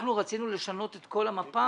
אנחנו רצינו לשנות את כל המפה,